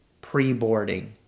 Pre-boarding